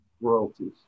royalties